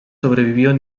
sobrevivió